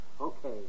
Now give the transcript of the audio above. Okay